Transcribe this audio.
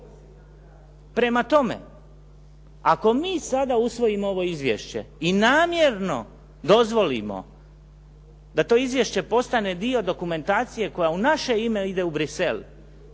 Prema tome, ako mi sada usvojimo ovo izvješće i namjerno dozvolimo da to izvješće postane dio dokumentacije koja u naše ime ide u Bruxelles